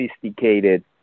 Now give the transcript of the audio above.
sophisticated